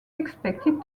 expected